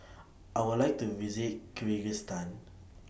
I Would like to visit Kyrgyzstan